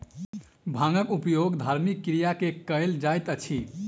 भांगक उपयोग धार्मिक क्रिया में कयल जाइत अछि